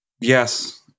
Yes